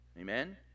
amen